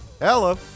Ella